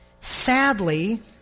Sadly